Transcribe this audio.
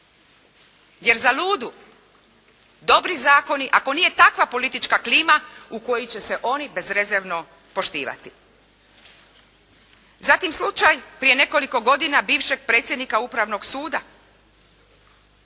jer za ludu dobri zakoni, ako nije takva politička klima u koji će se oni bezrezervno poštivati. Zatim slučaj prije nekoliko godina bivšeg predsjednika upravnog suda.